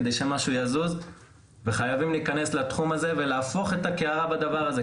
על מנת שמשהו יזוז וחייבים להיכנס לתחום הזה ולהפוך את הקערה בדבר הזה.